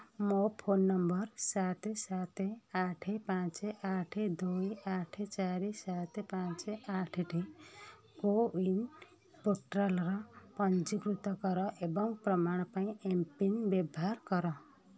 ମୋ phone number ସାତ ସାତ ଆଠ ପାଞ୍ଚ ଆଠ ଦୁଇ ଆଠ ଚାରି ସାତ ପାଞ୍ଚ ଆଠ ଟି କୋୱିନ ପୋର୍ଟାଲର ପଞ୍ଜୀକୃତ କର ଏବଂ ପ୍ରମାଣ ପାଇଁ ଏମ୍ପିନ୍ ବ୍ୟବହାର କର